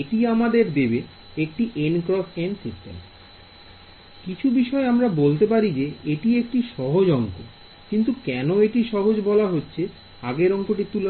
এটি আমাদের দেবে একটি N X N system I কিছু বিষয় আমরা বলতে পারি যে এটি একটি সহজ অংক কিন্তু কেন এটিকে সহজ বলা হচ্ছে আগের অংকটির তুলনা